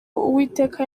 uwiteka